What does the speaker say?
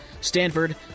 Stanford